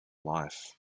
life